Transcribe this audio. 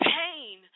pain